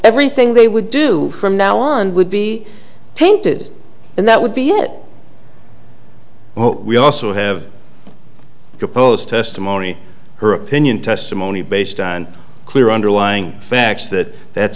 everything they would do from now on would be tainted and that would be it but we also have proposed testimony her opinion testimony based on clear underlying facts that that's